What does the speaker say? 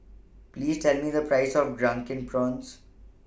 Please Tell Me The Price of Drunken Prawns